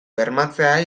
bermatzea